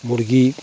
मुरगी